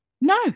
No